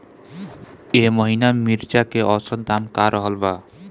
एह महीना मिर्चा के औसत दाम का रहल बा?